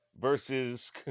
versus